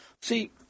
See